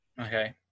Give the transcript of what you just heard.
Okay